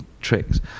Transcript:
tricks